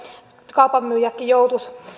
kaupan myyjätkin joutuisivat